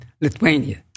Lithuania